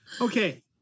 Okay